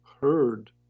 heard